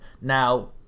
Now